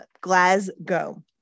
Glasgow